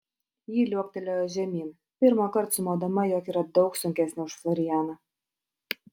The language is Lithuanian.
ji liuoktelėjo žemyn pirmąkart sumodama jog yra daug sunkesnė už florianą